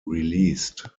released